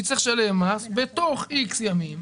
מי צריך לשלם מס בתוך X ימים.